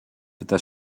pyta